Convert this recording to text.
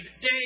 day